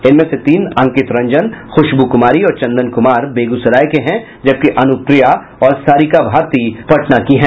इनमें से तीन अंकित रंजन खुशबू कुमारी और चंदन कुमार बेगूसराय के हैं जबकि अन् प्रिया और सारिका भारती पटना की हैं